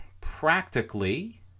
practically